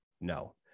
No